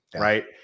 right